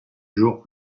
jours